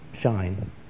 shine